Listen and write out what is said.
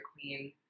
queen